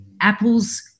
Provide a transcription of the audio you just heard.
apples